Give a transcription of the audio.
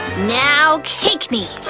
now, cake me!